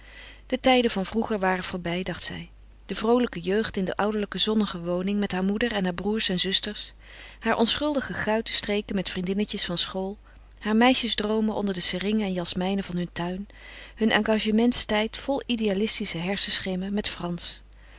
de tijden van vroeger waren voorbij dacht zij de vroolijke jeugd in de ouderlijke zonnige woning met haar moeder en haar broers en zusters haar onschuldige guitenstreken met vriendinnetjes van school haar meisjesdroomen onder de seringen en jasmijnen van hun tuin haar engagementstijd vol idealistische hersenschimmen met frans